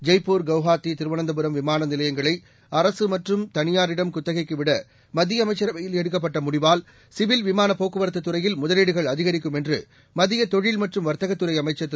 ஜெய்ப்பூர் குவஹாத்தி திருவனந்தபுரம் விமான நிலையங்களை அரசு மற்றும் தனியாரிடம் குத்தகைக்கு விட மத்திய அமைச்சரவையில் எடுக்கப்பட்ட முடிவால் சிவில் விமான போக்குவரத்துத் துறையில் முதலீடுகள் அதிகரிக்கும் என்று மத்திய தொழில் மற்றும் வர்த்தகத்துறை அமைச்சர் திரு